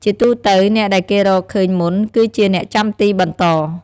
ជាទូទៅ អ្នកដែលគេរកឃើញមុន គឺជាអ្នកចាំទីបន្ត។